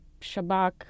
Shabak